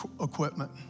equipment